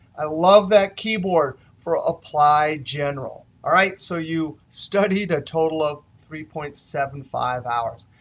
i love that keyboard for apply general. all right, so you studied a total of three point seven five hours.